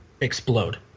explode